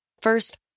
First